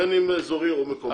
בין אם אזורי או מקומי,